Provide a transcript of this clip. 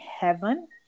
heaven